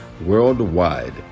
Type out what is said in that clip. worldwide